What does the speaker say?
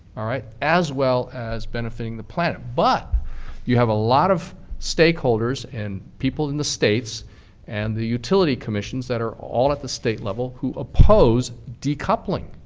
all right. as well as benefiting the planet. but you have a lot of stakeholders and people in the states and the utility commissions that are all at the state level who oppose decoupling.